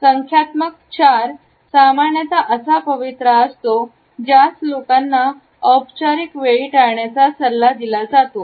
संख्यात्मक 4 सामान्यतः असा पवित्रा असतो ज्यास लोकांना औपचारिक वेळी टाळण्याचा सल्ला दिला जातो